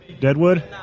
Deadwood